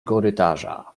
korytarza